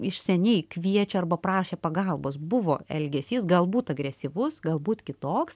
iš seniai kviečia arba prašė pagalbos buvo elgesys galbūt agresyvus galbūt kitoks